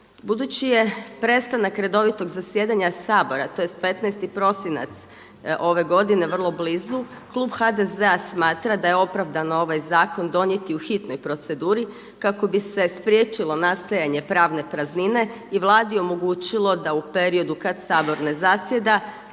Budući je prestanak redovitog zasjedanja Sabora tj. 15. prosinac ove godine vrlo blizu klub HDZ-a smatra da je opravdano ovaj zakon donijeti u hitnoj proceduri kako bi se spriječilo nastajanje pravne praznine i Vladi omogućilo da u periodu kad Sabor ne zasjeda